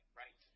right